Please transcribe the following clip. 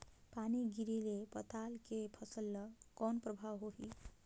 पानी गिरे ले पताल के फसल ल कौन प्रभाव होही?